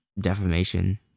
defamation